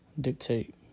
dictate